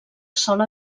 sola